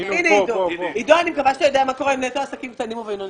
אני מקווה שעידו יודע מה קורה עם נטו עסקים קטנים ובינוניים.